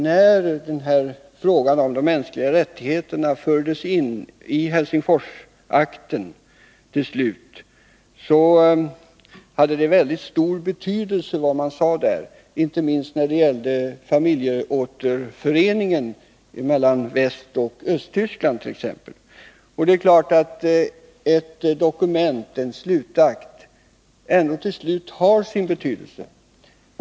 När frågan om de mänskliga rättigheterna till slut fördes in i Helsingforsakten hade det stor betydelse vad man där sade, inte minst om familjeåterföreningen då det gällde t.ex. personer i Västoch Östtyskland. Ett dokument -— en slutakt— har alltså ändå sin betydelse.